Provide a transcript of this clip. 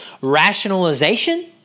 rationalization